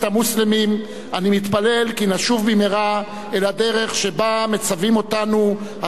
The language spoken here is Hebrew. אני מתפלל כי נשוב במהרה אל הדרך שבה מצווים אותנו התנ"ך והקוראן,